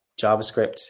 javascript